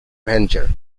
venture